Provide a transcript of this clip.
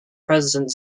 president